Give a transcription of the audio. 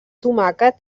tomàquet